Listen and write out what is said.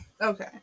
Okay